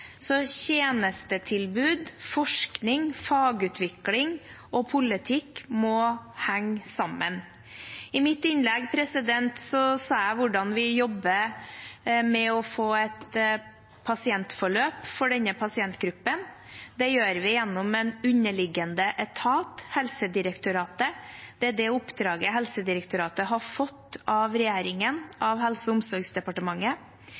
Tjenestetilbud, forskning, fagutvikling og politikk må henge sammen I mitt innlegg sa jeg hvordan vi jobber med å få et pasientforløp for denne pasientgruppen. Det gjør vi gjennom en underliggende etat, Helsedirektoratet. Det er det oppdraget Helsedirektoratet har fått av regjeringen,